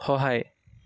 সহায়